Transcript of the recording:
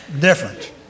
different